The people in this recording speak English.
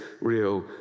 real